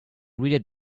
reader